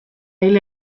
hil